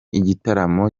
igitaramo